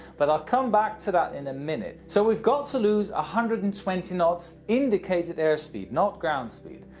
but i'll come back to that in a minute. so we've got to lose one ah hundred and twenty knots indicated air speed, not ground speed,